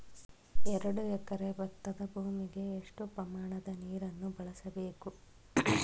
ಎರಡು ಎಕರೆ ಭತ್ತದ ಭೂಮಿಗೆ ಎಷ್ಟು ಪ್ರಮಾಣದ ನೀರನ್ನು ಬಳಸಬೇಕು?